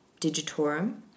digitorum